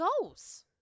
goes